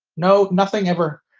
no, nothing ever.